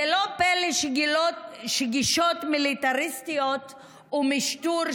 זה לא פלא שגישות מיליטריסטיות ומשטור,